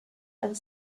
and